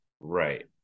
Right